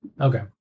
Okay